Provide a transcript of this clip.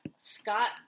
Scott